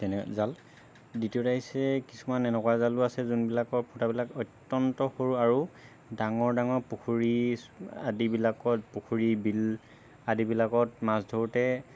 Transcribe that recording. তেনে জাল দ্বিতীয়তে আহিছে কিছুমান এনেকুৱা জালো আছে যোনবিলাকৰ ফুটাবিলাক অত্যন্ত সৰু আৰু ডাঙৰ ডাঙৰ পুখুৰী আদিবিলাকত পুখুৰী বিল আদিবিলাকত মাছ ধৰোঁতে